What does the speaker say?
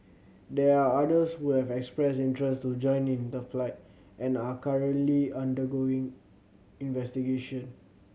there are others who have expressed interest to join in the fight and are currently under going investigation